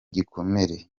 gikomere